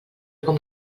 com